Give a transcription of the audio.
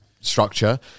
structure